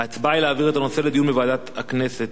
ההצבעה היא על העברת הנושא לדיון בוועדת הכנסת,